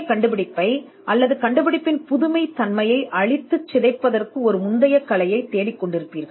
கண்டுபிடிப்பை அழிக்க நீங்கள் முந்தைய கலையைத் தேடுவீர்கள் அல்லது இது புதுமையைக் கொல்லக்கூடும்